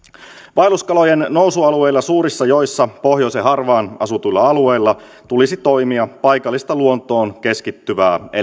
vaelluskalojen nousualueilla suurissa joissa pohjoisen harvaan asutuilla alueilla tulisi toimia paikallista luontoon keskittyvää